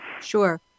Sure